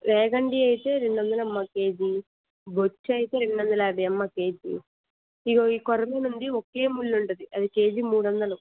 రేగండి అయితే రెండు వందలు అమ్మా కేజీ బొచ్చ అయితే తే రెండు వందల యాభై అమ్మ కేజీ ఇదిగో ఈ కోరమీను ఉంది ఒకే ముళ్ళు ఉంటుంది అది కేజీ మూడు వందలు